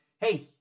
Hey